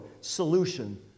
solution